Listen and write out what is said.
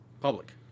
Public